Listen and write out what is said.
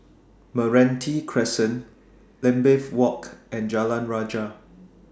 Meranti Crescent Lambeth Walk and Jalan Rajah